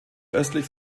östlich